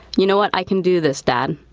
you know what, i can do this dad.